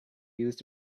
used